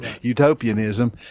utopianism